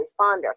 responder